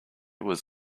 was